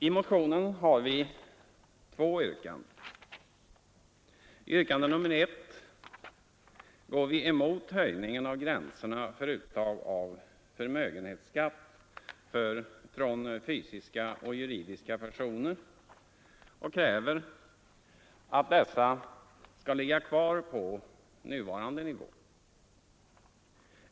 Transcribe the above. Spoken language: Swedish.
I motionen har vi två yrkanden. I yrkande nr 1 går vi emot höjningen av gränserna för uttag av förmögenhetsskatt från fysiska och juridiska personer och kräver att dessa skall ligga kvar på nuvarande nivå.